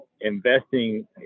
investing